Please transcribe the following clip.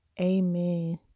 amen